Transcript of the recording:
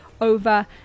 over